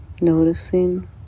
noticing